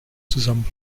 zusammen